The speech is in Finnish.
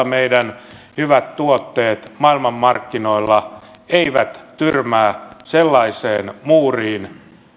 meidän hyvät tuotteemme maailmanmarkkinoilla eivät törmää sellaiseen muuriin